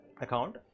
account